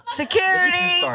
security